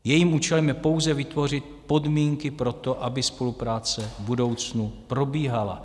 Jejím účelem je pouze vytvořit podmínky pro to, aby spolupráce v budoucnu probíhala.